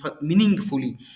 meaningfully